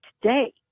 today